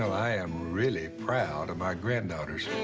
i am really proud of my granddaughters.